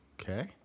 Okay